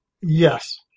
Yes